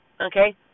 Okay